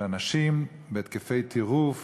שאנשים עם התקפי טירוף